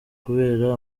kubera